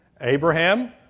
Abraham